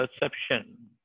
perception